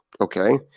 okay